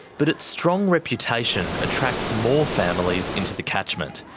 but its strong reputation attracts more families into the catchment,